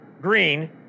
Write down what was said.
green